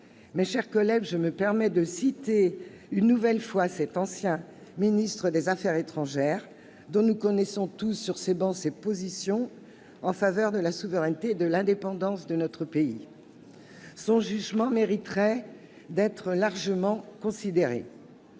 Mes chers collègues, je me permets de citer une nouvelle fois cet ancien ministre des affaires étrangères, dont nous connaissons tous sur ces travées les positions en faveur de la souveraineté et de l'indépendance de notre pays. Son jugement mériterait d'être largement considéré.